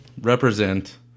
represent